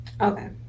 Okay